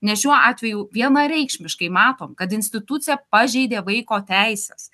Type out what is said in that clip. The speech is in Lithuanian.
nes šiuo atveju vienareikšmiškai matom kad institucija pažeidė vaiko teises